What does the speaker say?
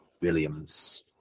Williams